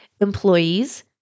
employees